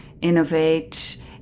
innovate